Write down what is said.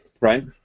right